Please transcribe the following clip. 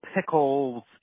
Pickles